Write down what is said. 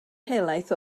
helaeth